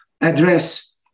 address